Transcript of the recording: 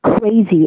crazy